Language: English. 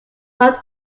not